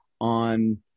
on